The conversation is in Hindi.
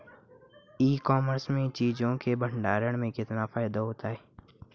ई कॉमर्स में चीज़ों के भंडारण में कितना फायदा होता है?